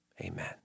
amen